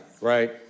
right